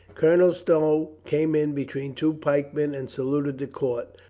colonel stow came in between two pikemen and saluted the court,